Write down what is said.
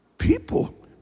people